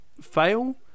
fail